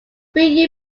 three